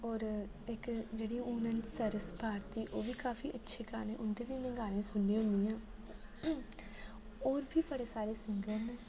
होर इक जेह्ड़ी हून न सरस भारती ओह् बी काफी अच्छी गाने उ'न्दे बी में गाने सुननी होनी होर बी बड़े सारे सिंगर न